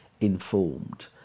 informed